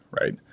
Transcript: right